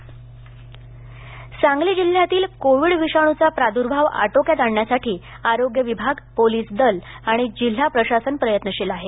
सांगली सांगली जिल्ह्यातील कोव्हिड विषाणूचा प्राद्र्भाव आटोक्यात आणण्यासाठी आरोग्य विभाग पोलीस दल आणि जिल्हा प्रशासन प्रयत्नशील आहे